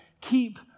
keep